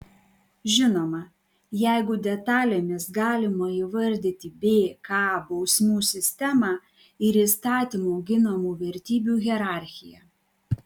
žinoma jeigu detalėmis galima įvardyti bk bausmių sistemą ir įstatymo ginamų vertybių hierarchiją